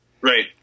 Right